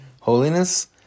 holiness